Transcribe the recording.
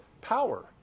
power